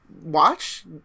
Watch